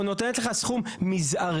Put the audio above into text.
או נותנת לך סכום מזערי.